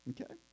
Okay